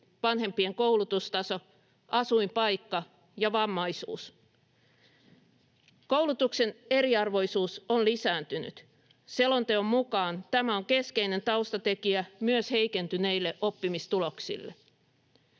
vanhempien koulutustaso, asuinpaikka ja vammaisuus. Koulutuksen eriarvoisuus on lisääntynyt. Selonteon mukaan tämä on keskeinen taustatekijä myös heikentyneille oppimistuloksille.